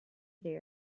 there